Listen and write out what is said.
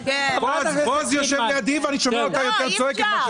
בועז יושב לידי ואני שומע אותה יותר צועקת מאשר אותו.